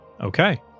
Okay